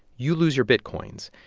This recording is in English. you lose your bitcoins.